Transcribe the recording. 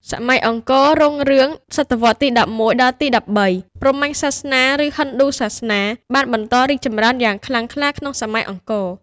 សម័យអង្គររុងរឿង សតវត្សរ៍ទី ១១ ដល់ទី ១៣ ព្រហ្មញ្ញសាសនា ឬហិណ្ឌូសាសនា បានបន្តរីកចម្រើនយ៉ាងខ្លាំងក្លាក្នុងសម័យអង្គរ។